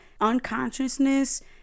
unconsciousness